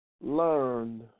learn